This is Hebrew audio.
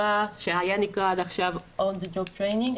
שהיה נקרא עכשיו on the top training.